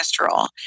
cholesterol